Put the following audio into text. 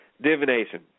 Divination